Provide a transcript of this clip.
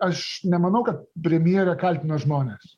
aš nemanau kad premjerė kaltino žmones